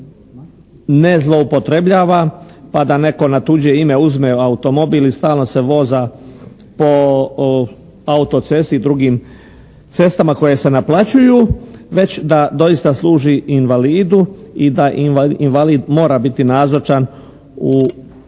ne zloupotrebljava pa da netko na tuđe ime uzme automobil i stalno se voza po auto cesti i drugim cestama koje se naplaćuju već da doista služi invalidu i da invalid mora biti nazočan za